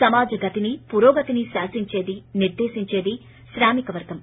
సమాజ గతిని పురోగతిని శాసించేది నిర్దేశించేది శ్రామిక వర్గం